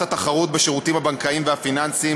התחרות בשירותים הבנקאיים והפיננסיים